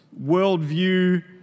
worldview